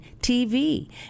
TV